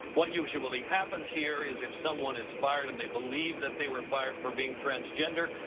what usually happens here is if someone is fired and they believe that they were fired for being transgender,